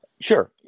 Sure